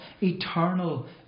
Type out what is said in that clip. eternal